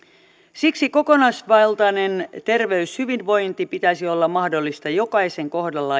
siksi kokonaisvaltainen terveyshyvinvointi pitäisi olla mahdollista jokaisen kohdalla